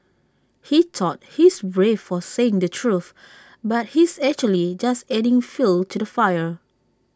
he thought he's brave for saying the truth but he's actually just adding fuel to the fire